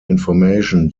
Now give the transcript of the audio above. information